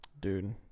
Dude